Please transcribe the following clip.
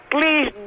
Please